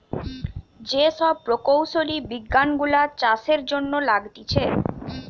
যে সব প্রকৌশলী বিজ্ঞান গুলা চাষের জন্য লাগতিছে